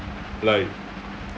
like